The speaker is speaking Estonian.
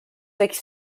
võiks